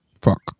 Fuck